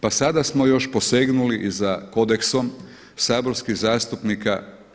Pa sada smo još posegnuli i za kodeksom saborskih zastupnika.